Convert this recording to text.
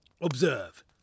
Observe